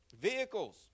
vehicles